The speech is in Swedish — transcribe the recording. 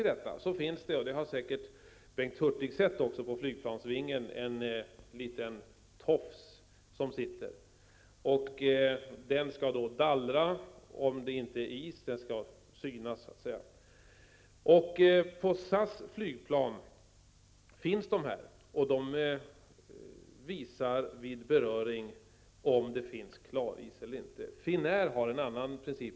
Det finns dessutom -- vilket Bengt Hurtig kanske har sett själv -- en liten tofs på flygplansvingen. Denna tofs skall dallra om det inte finns is. Den skall då synas. SAS flygplan har sådana tofsar. De visar vid beröring om det finns klaris eller inte. Finnair har en annan princip.